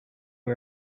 you